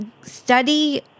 study